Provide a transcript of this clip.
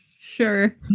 Sure